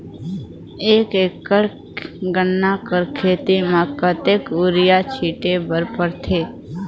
एक एकड़ गन्ना कर खेती म कतेक युरिया छिंटे बर पड़थे?